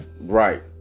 right